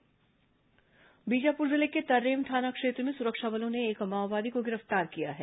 माओवादी समाचार बीजापुर जिले के तर्रेम थाना क्षेत्र में सुरक्षा बलों ने एक माओवादी को गिरफ्तार किया है